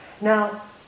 Now